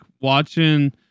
watching